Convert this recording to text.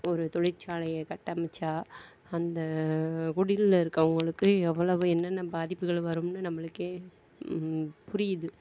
ஒரு தொழிற்சாலையை கட்டமைச்சால் அந்த குடிலில் இருக்கவங்களுக்கு எவ்வளவு என்னென்ன பாதிப்புகள் வரும்ன்னு நம்மளுக்கே புரியுது